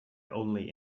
only